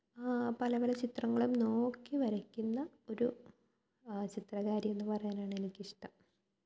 പല പല ചിത്രങ്ങളും നോക്കി വരയ്ക്കുന്ന ഒരു ചിത്രകാരിയെന്ന് പറയാനാണെനിക്കിഷ്ടം